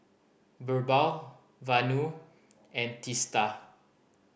Birbal Vanu and Teesta